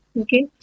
Okay